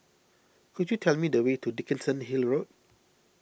could you tell me the way to Dickenson Hill Road